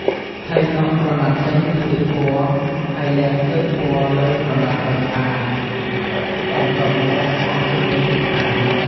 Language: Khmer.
ហើយដកក្រណាត់ចេញពីទឹកពណ៌ ហើយលាងទឹកពណ៌លើក្រណាត់អោយស្អាត បន្ទាប់មកបោកជាមួយទឹកស្អាត។